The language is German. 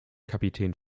kapitän